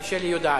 ושלי יודעת.